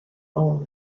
only